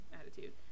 attitude